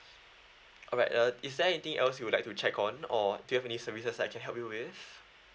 alright uh is there anything else you would like to check on or do you have any services that I can help you with